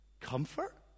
comfort